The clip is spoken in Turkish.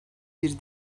bir